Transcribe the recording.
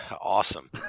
awesome